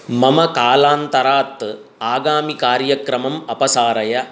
मम कालान्तरात् आगामिकार्यक्रमम् अपसारय